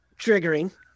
triggering